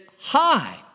high